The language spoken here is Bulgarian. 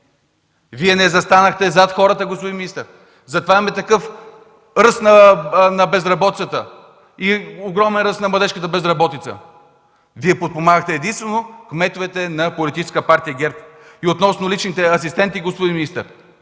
Не застанахте зад хората, господин министър. Затова имаме такъв ръст на безработица и огромен ръст на младежката безработица. Вие подпомагахте единствено кметовете на Политическа партия ГЕРБ. Относно личните асистенти, господин министър,